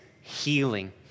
healing